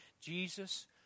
Jesus